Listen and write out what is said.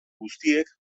guztiek